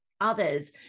others